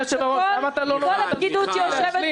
אם כל הפקידות שיושבת פה היא נגד?